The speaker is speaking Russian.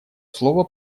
слово